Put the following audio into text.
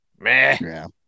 man